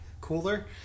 cooler